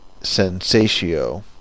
sensatio